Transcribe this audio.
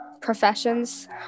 professions